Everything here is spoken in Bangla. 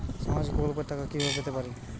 সামাজিক প্রকল্পের টাকা কিভাবে পেতে পারি?